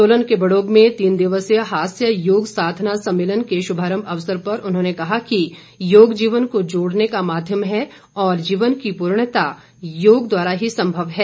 सोलन के बड़ोग में तीन दिवसीय हास्य योग साधना सम्मेलन के शुभारम्म अवसर पर उन्होंने कहा कि योग जीवन को जोड़ने का माध्यम है और जीवन की पूर्णतः योग द्वारा ही सम्मव है